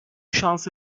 şansı